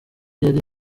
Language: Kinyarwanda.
yari